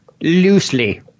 loosely